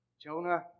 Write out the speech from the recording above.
Jonah